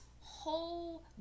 whole